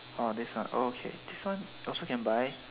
orh this ah okay this one also can buy